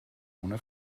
ohne